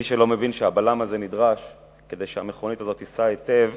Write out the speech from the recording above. מי שלא מבין שהבלם הזה נדרש כדי שהמכונית הזאת תיסע היטב